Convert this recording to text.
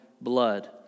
blood